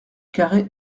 carré